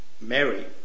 Mary